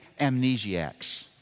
amnesiacs